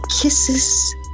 kisses